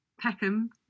Peckham